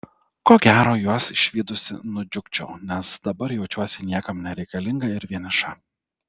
ko gero juos išvydusi nudžiugčiau nes dabar jaučiuosi niekam nereikalinga ir vieniša